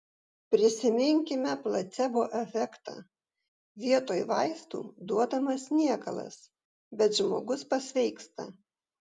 prisiminkime placebo efektą vietoj vaistų duodamas niekalas bet žmogus pasveiksta